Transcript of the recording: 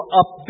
up